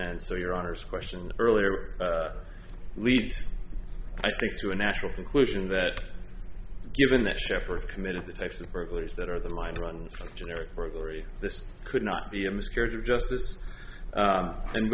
and so your honour's question earlier leads i think to a natural conclusion that given that shepherd committed the types of burglaries that are the mind runs generic burglary this could not be a miscarriage of justice